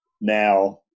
now